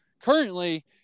currently –